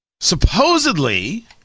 Supposedly